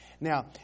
Now